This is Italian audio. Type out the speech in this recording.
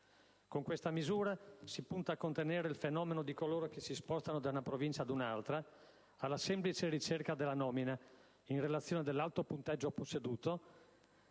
Con questa misura si punta contenere il fenomeno di coloro che si spostano da una provincia ad un'altra, alla semplice ricerca della nomina in relazione all'alto punteggio posseduto,